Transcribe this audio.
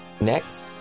Next